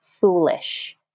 Foolish